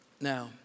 Now